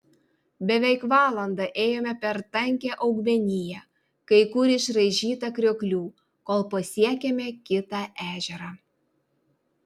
beveik valandą ėjome per tankią augmeniją kai kur išraižytą krioklių kol pasiekėme kitą ežerą